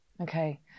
okay